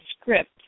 script